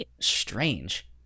strange